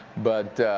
but